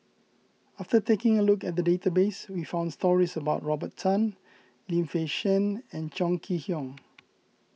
after taking a look at the database we found stories about Robert Tan Lim Fei Shen and Chong Kee Hiong